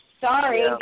Sorry